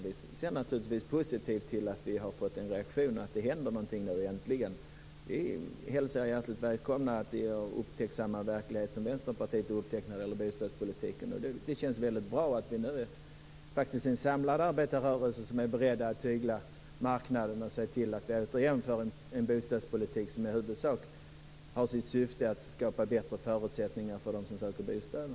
Vi ser naturligtvis positivt på att vi har fått en reaktion och att det nu äntligen händer någonting. Vi hälsar er hjärtligt välkomna att upptäcka samma verklighet som Vänsterpartiet upptäckt i bostadspolitiken. Det känns väldigt bra att en samlad arbetarrörelse är beredd att tygla marknaden och se till att vi återigen får en bostadspolitik som i huvudsak har till syfte att skapa bättre förutsättningar för dem som söker bostäder.